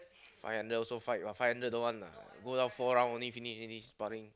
five hundred also fight what five hundred don't want ah go down four round only finish already sparring